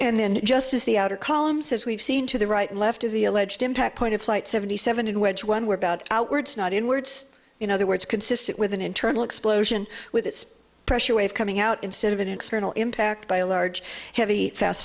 and then just as the outer columns as we've seen to the right and left of the alleged impact point of flight seventy seven wedge one we're about outwards not in words in other words consistent with an internal explosion with its pressure wave coming out instead of an external impact by a large heavy fast